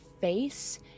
face